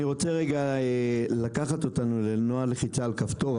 אני רוצה לקחת אותנו לנוהל לחיצה על כפתור,